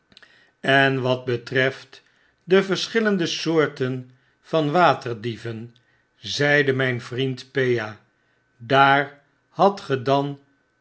en wat betreft de verschillende soorten van waterdieven zeide mgn vriend pea daar hadt ge dan